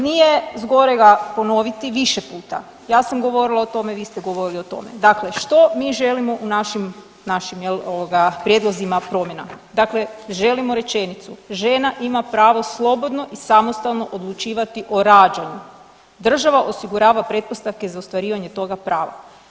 Nije zgorega ponoviti više puta, ja sam govorila o tome, vi ste govorili o tome, dakle što mi želimo u našim, našim jel ovoga prijedlozima promjena, dakle želimo rečenicu, žena ima pravo slobodno i samostalno odlučivati o rađanju, država osigurava pretpostavke za ostvarivanje toga prava.